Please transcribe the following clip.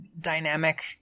dynamic